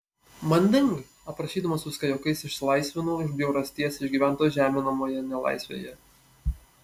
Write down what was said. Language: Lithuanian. manding aprašydamas viską juokais išsilaisvinau iš bjaurasties išgyventos žeminamoje nelaisvėje